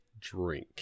drink